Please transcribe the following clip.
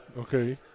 Okay